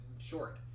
short